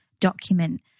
document